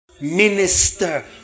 minister